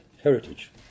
heritage